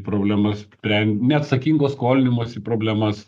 problemas spren neatsakingo skolinimosi problemas